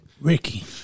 Ricky